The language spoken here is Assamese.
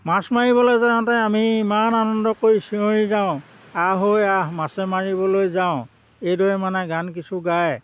মাছ মাৰিবলৈ যাওঁতে আমি ইমান আনন্দ কৰি চিঞৰি যাওঁ আহ ঐ আহ মাছে মাৰিবলৈ যাওঁ এইদৰে মানে গান কিছু গাই